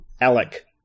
Alec